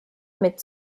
mit